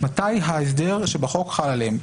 מתי ההסדר שבחוק חל עליהם,